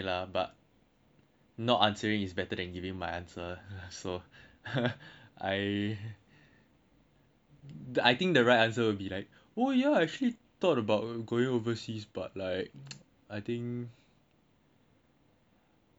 I think not answering will be better than giving my answer I I think the right answer will be like oh ya I actually thought about going overseas but like I think okay no